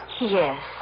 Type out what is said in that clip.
Yes